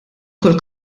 kull